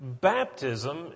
baptism